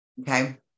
Okay